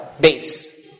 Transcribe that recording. base